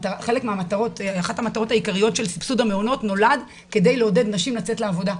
אחת המטרות העיקריות של סבסוד המעונות נולד כדי לעודד נשים לצאת לעבודה,